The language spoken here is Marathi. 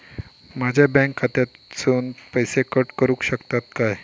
माझ्या बँक खात्यासून पैसे कट करुक शकतात काय?